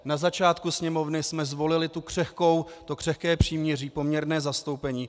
Na začátku Sněmovny jsme zvolili to křehké příměří, poměrné zastoupení.